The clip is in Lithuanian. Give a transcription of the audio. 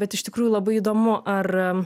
bet iš tikrųjų labai įdomu ar